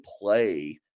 play